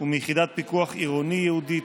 ומיחידת פיקוח עירוני ייעודית,